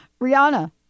Rihanna